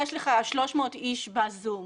שבו שם 50 איש במרחק אחד